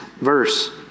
verse